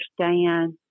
understand